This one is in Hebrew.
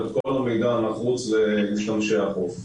את כל המידע הנחוץ למשתמשי החוף.